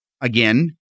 again